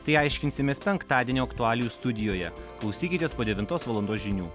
tai aiškinsimės penktadienio aktualijų studijoje klausykitės po devintos valandos žinių